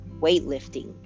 weightlifting